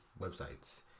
websites